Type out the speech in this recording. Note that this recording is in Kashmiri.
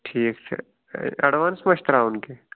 ٹھیٖک چھِ اٮ۪ڈوانٕس مَہ چھُ ترٛاوُن کیٚنٛہہ